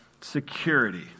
security